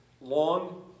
long